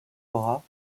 bras